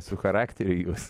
su charakteriu jūs